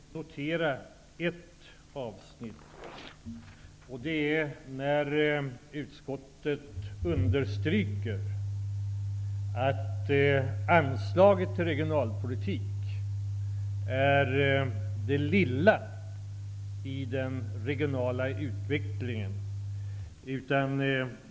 Fru talman! Jag har naturligtvis noga analyserat vad utskottet har skrivit. Jag har noterat ett avsnitt där utskottet understryker att anslaget till regionalpolitik är det lilla när det gäller den regionala utvecklingen.